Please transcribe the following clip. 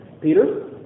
Peter